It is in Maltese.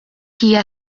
hija